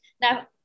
Now